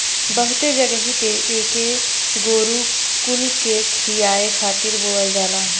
बहुते जगही पे एके गोरु कुल के खियावे खातिर बोअल जाला